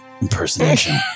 impersonation